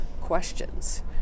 questions